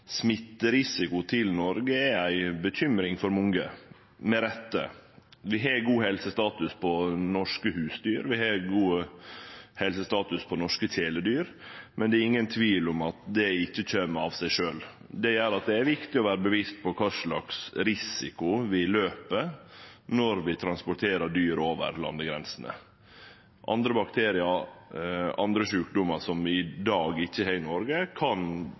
smitterisiko til Noreg er ei bekymring for mange, og med rette. Vi har god helsestatus på norske husdyr, vi har god helsestatus på norske kjæledyr, men det er ingen tvil om at det ikkje kjem av seg sjølv. Det gjer at det er viktig å vere bevisst på kva slags risiko vi løper når vi transporterer dyr over landegrensene. Andre bakteriar, andre sjukdomar som vi i dag ikkje har i Noreg, kan